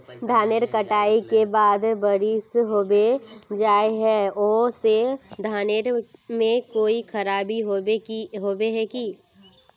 धानेर कटाई के बाद बारिश होबे जाए है ओ से धानेर में कोई खराबी होबे है की?